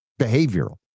behavioral